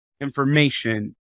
information